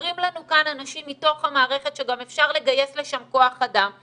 אומרים לנו כאן אנשים מתוך המערכת שגם אפשר לגייס לשם כוח אדם,